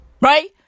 Right